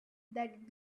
that